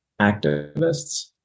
activists